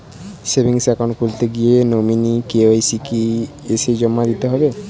Savings account খুলতে গিয়ে nominee KYC কি এসে জমা দিতে হবে?